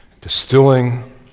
distilling